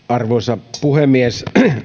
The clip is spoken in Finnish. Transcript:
arvoisa puhemies